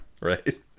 Right